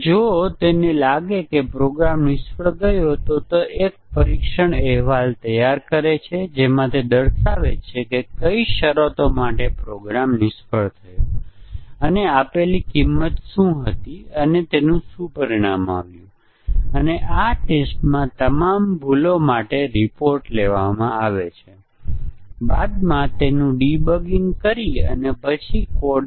જ્યારે આપણે કોઈ પ્રોગ્રામમાં ફેરફાર કરીએ છીએ પરંતુ તે ખરેખર પ્રોગ્રામમાં કોઈ ભૂલ રજૂ કરતું નથી અને પછી આપણને સમસ્યા છે કારણ કે આપણે ટેસ્ટીંગ કેસો ચલાવ્યા પછી ધારીશું કારણ કે દેખીતી રીતે કોઈ ભૂલો નથી અને ટેસ્ટીંગ ના કેસો કોઈ શોધી શકશે નહીં સમસ્યા